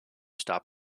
stop